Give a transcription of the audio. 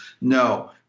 no